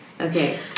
Okay